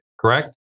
Correct